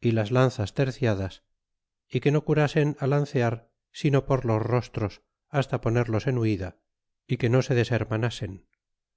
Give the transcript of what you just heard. y las lanzas terciadas y que no curasen alancear sino por los rostros hasta ponerlos en huida y que no se